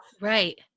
Right